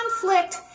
conflict